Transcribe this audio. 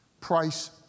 price